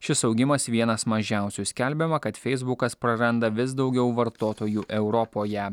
šis augimas vienas mažiausių skelbiama kad feisbukas praranda vis daugiau vartotojų europoje